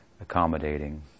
accommodating